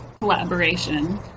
collaboration